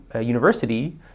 university